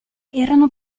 erano